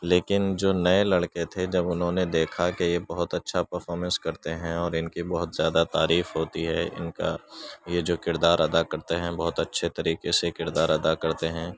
لیکن جو نئے لڑکے تھے جب انہوں نے دیکھا کہ یہ بہت اچھا پرفارمنس کرتے ہیں اور ان کی بہت زیادہ تعریف ہوتی ہے ان کا یہ جو کردار ادا کرتے ہیں بہت اچھے طریقے سے کردار ادا کرتے ہیں